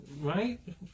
Right